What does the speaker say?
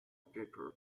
paper